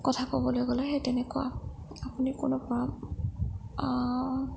কথা ক'বলৈ গ'লে সেই তেনেকুৱা আপুনি কোনো